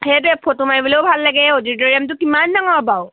সেইটোৱে ফটো মাৰিবলৈও ভাল লাগে অডিটোৰিয়ামটো কিমান ডাঙৰ বাৰু